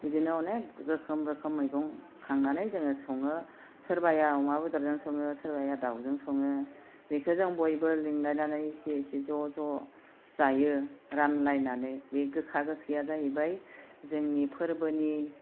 बिदिनो अनेख रोखोम रोखोम मैगं खांनानै जोङो सङो सोरबाया अमा बेदरजों सङो सोरबाया दाउजों सङो बिखो जों बयबो लिंलायनानै एसे एसे ज' ज' जायो रानलायनानै बे गोखा गोखैआ जाहैबाय जोंनि फोरबोनि